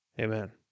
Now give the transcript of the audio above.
Amen